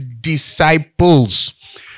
disciples